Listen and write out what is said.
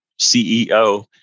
CEO